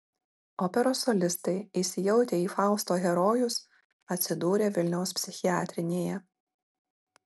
operos solistai įsijautę į fausto herojus atsidūrė vilniaus psichiatrinėje